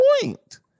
point